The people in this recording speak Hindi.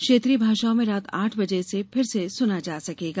क्षेत्रीय भाषाओं में रात आठ बजे इसे फिर सुना जा सकेगा